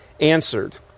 answered